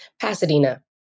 Pasadena